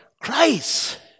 Christ